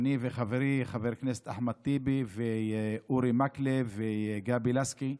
וחברי חבר הכנסת אחמד טיבי, ואורי מקלב וגבי לסקי,